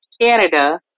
Canada